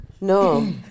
No